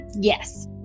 Yes